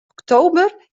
oktober